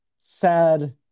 sad